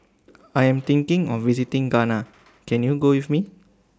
I Am thinking of visiting Ghana Can YOU Go with Me